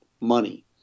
money